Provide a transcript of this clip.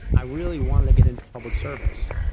i really wanted to get into public service.